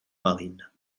marine